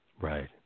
right